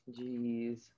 Jeez